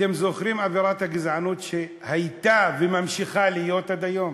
אתם זוכרים את אווירת הגזענות שהייתה וממשיכה להיות עד היום?